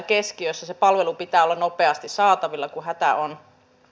sen palvelun pitää olla nopeasti saatavilla kun hätä on